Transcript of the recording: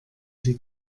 sie